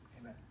amen